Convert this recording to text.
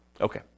Okay